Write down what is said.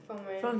from where